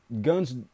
guns